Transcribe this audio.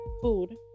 food